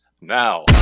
now